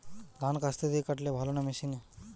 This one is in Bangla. ধান কাস্তে দিয়ে কাটলে ভালো না মেশিনে?